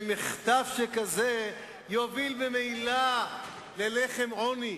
במחטף שכזה, תוביל ממילא ללחם עוני.